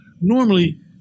normally